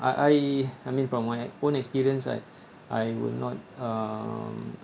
I I I mean from my own experience right I will not uh